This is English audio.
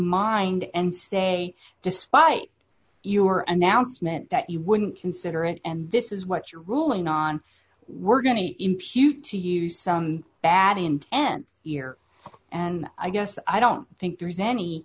mind and say despite your announcement that you wouldn't consider it and this is what you're ruling on we're going to impute to you some bad intent here and i guess i don't think there's any